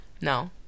No